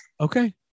okay